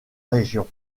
région